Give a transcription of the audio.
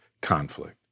conflict